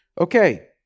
okay